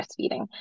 breastfeeding